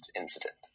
incident